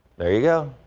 there you go.